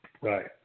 Right